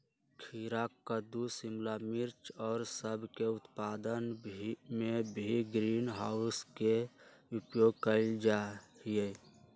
खीरा कद्दू शिमला मिर्च और सब के उत्पादन में भी ग्रीन हाउस के उपयोग कइल जाहई